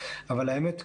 אבל האמת,